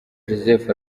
joseph